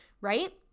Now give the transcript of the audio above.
right